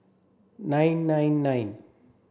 nine nine nine